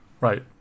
Right